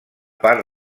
part